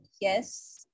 yes